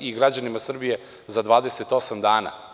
i građanima Srbije za 28 dana.